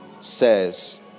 says